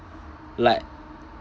like